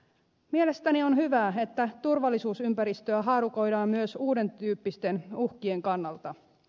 mielestäni on hyvä että turvallisuusympäristöä haarukoidaan myös uuden tyyppisten uhkien kannalta